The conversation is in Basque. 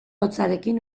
hotzarekin